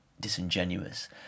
disingenuous